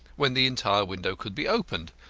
when the entire window could be opened,